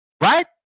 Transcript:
Right